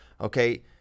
Okay